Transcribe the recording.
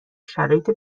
شرایط